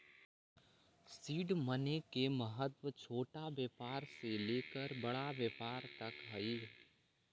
seed money के महत्व छोटा व्यापार से लेकर बड़ा व्यापार तक हई